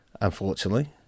unfortunately